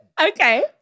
Okay